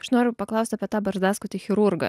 aš noriu paklaust apie tą barzdaskutį chirurgą